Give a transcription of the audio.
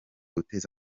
guteza